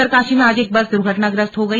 उत्तरकाशी में आज एक बस दुर्घटनाग्रस्त हो गई